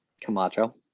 Camacho